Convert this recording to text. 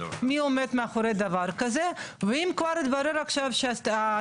מי עומד מאחורי הדבר הזה ואם יתברר שהדרכון